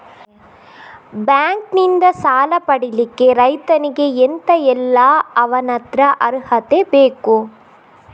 Bank ನಿಂದ ಸಾಲ ಪಡಿಲಿಕ್ಕೆ ರೈತನಿಗೆ ಎಂತ ಎಲ್ಲಾ ಅವನತ್ರ ಅರ್ಹತೆ ಬೇಕು?